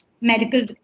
medical